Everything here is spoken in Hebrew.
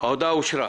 רוב ההודעה אושרה.